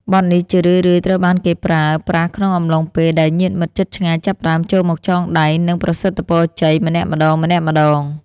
បទនេះជារឿយៗត្រូវបានគេប្រើប្រាស់ក្នុងអំឡុងពេលដែលញាតិមិត្តជិតឆ្ងាយចាប់ផ្តើមចូលមកចងដៃ និងប្រសិទ្ធពរជ័យម្នាក់ម្តងៗ។